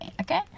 okay